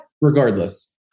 regardless